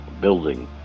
building